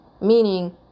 meaning